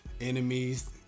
enemies